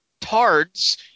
Tards